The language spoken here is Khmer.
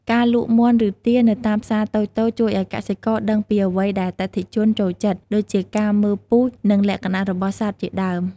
ការលក់មាន់ ឬទានៅតាមផ្សារតូចៗ ជួយឲ្យកសិករដឹងពីអ្វីដែលអតិថិជនចូលចិត្ត ដូចជាការមើលពូជ និងលក្ខណៈរបស់សត្វជាដើម។